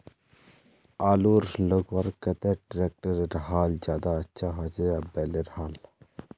आलूर लगवार केते ट्रैक्टरेर हाल ज्यादा अच्छा होचे या बैलेर हाल?